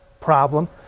problem